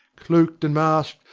cloaked and masked,